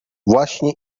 właśnie